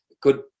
Good